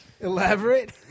Elaborate